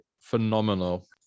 phenomenal